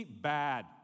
bad